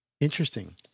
Interesting